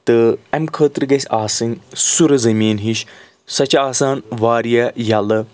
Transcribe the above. تہٕ امہِ خٲطرٕ گژھِ آسٕنۍ سُرٕ زٔمیٖن ہِش سۄ چھِ آسان واریاہ یَلہٕ